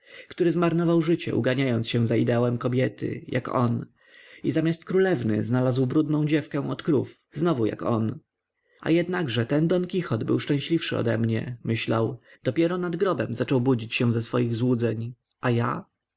który zmarnował życie uganiając się za ideałem kobiety jak on i zamiast królewny znalazł brudną dziewkę od krów znowu jak on a jednakże ten don quichot był szczęśliwszy odemnie myślał dopiero nad grobem zaczął budzić się ze swych złudzeń a ja